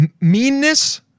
meanness